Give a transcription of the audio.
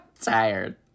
tired